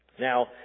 Now